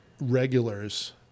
regulars